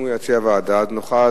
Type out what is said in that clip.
אם הוא יציע ועדה, נוכל